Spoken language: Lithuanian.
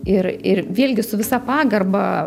ir ir vėlgi su visa pagarba